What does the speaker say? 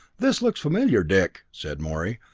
this looks familiar, dick, said morey,